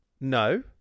No